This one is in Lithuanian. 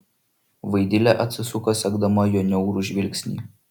vaidilė atsisuko sekdama jo niaurų žvilgsnį